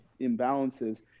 imbalances